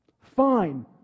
Fine